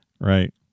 Right